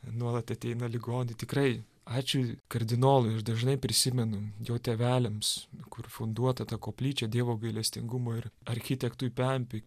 nuolat ateina ligonių tikrai ačiū kardinolui aš dažnai prisimenu jo tėveliams kur funduota ta koplyčia dievo gailestingumo ir architektui pempiui